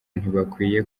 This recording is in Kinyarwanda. ntibakwiye